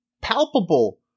palpable